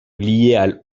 liées